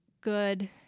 good